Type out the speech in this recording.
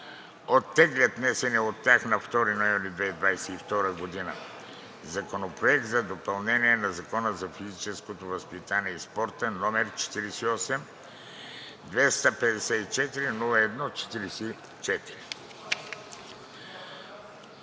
оттеглят внесения от тях на 2 ноември 2022 г. Законопроект за допълнение на Закона за физическото възпитание и спорта, № 48-254-01-44.